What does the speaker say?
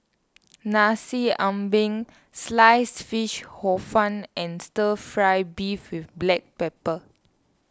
Nasi Ambeng Slice Fish Hor Fun and Stir Fry Beef with Black Pepper